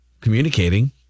communicating